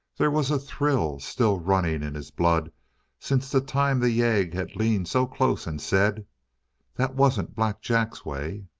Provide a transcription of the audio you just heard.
there was a thrill still running in his blood since the time the yegg had leaned so close and said that wasn't black jack's way!